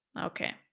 okay